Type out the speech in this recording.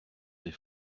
des